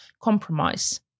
compromise